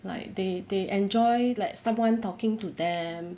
like they they enjoy like someone talking to them